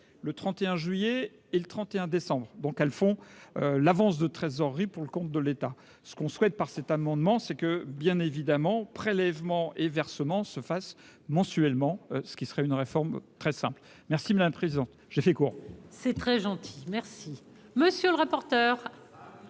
le 31 juillet et le 31 décembre donc, elles font l'avance de trésorerie pour le compte de l'État, ce qu'on souhaite par cet amendement, c'est que bien évidemment, prélèvements et versement se fasse mensuellement, ce qui serait une réforme très simple merci présente je fais court. C'est très gentil merci, monsieur le rapporteur.